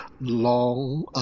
long